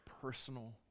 personal